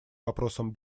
вопросам